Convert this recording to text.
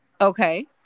Okay